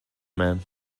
man